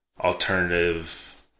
alternative